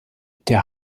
der